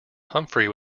humphrey